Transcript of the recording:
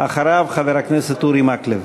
אחריו, חבר הכנסת אורי מקלב.